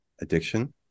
addiction